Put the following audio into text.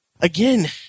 again